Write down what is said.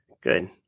good